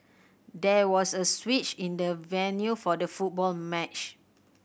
there was a switch in the venue for the football match